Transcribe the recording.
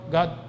God